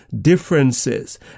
differences